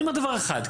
אני אומר דבר אחד,